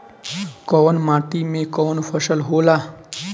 कवन माटी में कवन फसल हो ला?